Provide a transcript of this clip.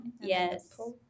Yes